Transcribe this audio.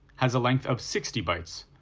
has a length of sixty bytes,